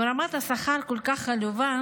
אם רמת השכר כל כך עלובה,